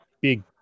big